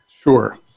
Sure